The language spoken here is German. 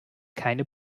keine